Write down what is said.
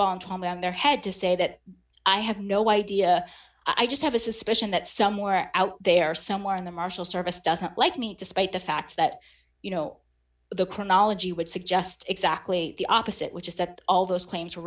their head to say that i have no idea i just have a suspicion that somewhere out there somewhere in the marshal service doesn't like me despite the fact that you know the chronology would suggest exactly the opposite which is that all those claims